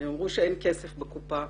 הם אמרו שאין כסף בקופה.